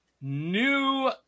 new